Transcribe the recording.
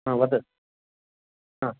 हा वदतु हा